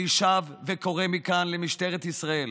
אני שב וקורא מכאן למשטרת ישראל